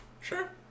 Sure